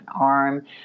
arm